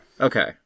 Okay